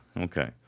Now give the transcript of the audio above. Okay